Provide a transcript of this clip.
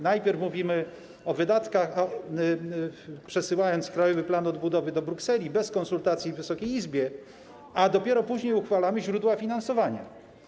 Najpierw mówimy o wydatkach, przesyłając Krajowy Plan Odbudowy do Brukseli bez konsultacji w Wysokiej Izbie, a dopiero później uchwalamy źródła finansowania.